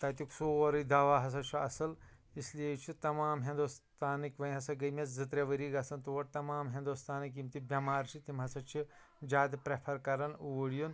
تَتیٛک سورُے دوا ہَسا چھُ اصٕل اس لیے چھِ تمام ہنٛدوستانٕکۍ وۄنۍ ہَسا گٔے مےٚ زٕ ترٛےٚ ؤری گَژھان تور تمام ہنٛدوستانٕکۍ یم تہِ بیٚمار چھِ تِم ہَسا چھِ زیٛادٕ پرٛیٚفر کران اوٗرۍ یُن